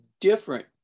different